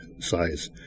size